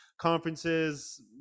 conferences